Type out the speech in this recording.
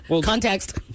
Context